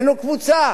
היינו קבוצה,